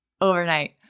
overnight